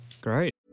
Great